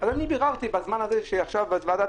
ביררתי בזמן הזה של הוועדה,